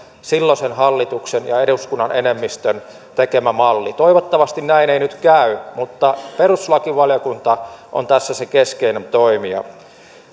silloisen hallituksen ja eduskunnan enemmistön tekemä malli toivottavasti näin ei nyt käy mutta perustuslakivaliokunta on tässä se keskeinen toimija